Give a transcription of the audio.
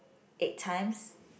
eight times